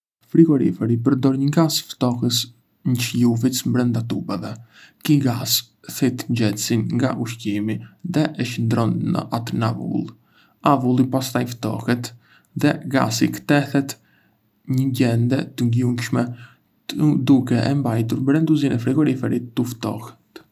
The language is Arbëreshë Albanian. Frigoriferi përdor një gaz ftohës që lëviz brënda tubave. Ky gaz thith nxehtësinë nga ushqimi dhe e shndërron atë në avull. Avulli pastaj ftohet dhe gazi kthehet në gjendje të lëngshme, duke e mbajtur brendësinë e frigoriferit të ftohtë.